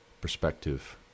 perspective